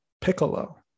piccolo